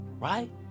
right